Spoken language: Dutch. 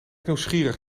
nieuwsgierig